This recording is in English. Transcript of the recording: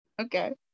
Okay